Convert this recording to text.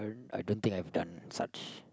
I don't think I have done such